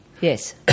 Yes